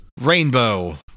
Rainbow